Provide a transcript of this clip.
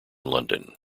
london